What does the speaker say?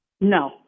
No